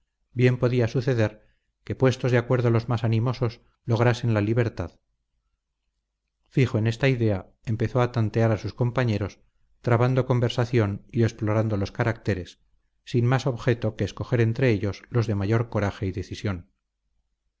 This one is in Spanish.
bien podía suceder que puestos de acuerdo los más animosos lograsen la libertad fijo en esta idea empezó a tantear a sus compañeros trabando conversación y explorando los caracteres sin más objeto que escoger entre ellos los de mayor coraje y decisión